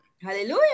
Hallelujah